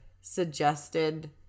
suggested